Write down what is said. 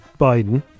Biden